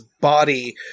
body